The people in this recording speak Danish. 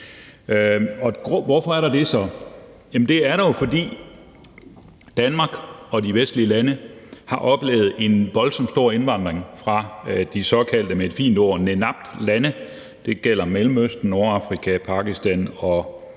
Hvorfor er der så det? Det er der jo, fordi Danmark og de vestlige lande har oplevet en voldsomt stor indvandring fra de såkaldte med et fint ord MENAPT-lande, som omfatter Mellemøsten, Nordafrika, Pakistan og